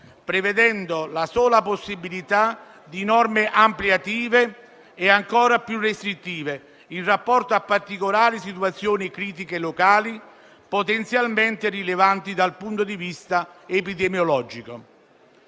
prevedendo la sola possibilità di norme ampliative e ancora più restrittive, in rapporto a particolari situazioni critiche locali potenzialmente rilevanti dal punto di vista epidemiologico.